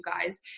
guys